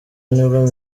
nibwo